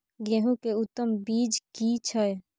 गेहूं के उत्तम बीज की छै?